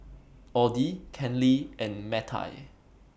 Audie Kenley and Mattye